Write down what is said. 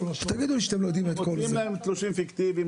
נותנים להם תלושים פיקטיביים,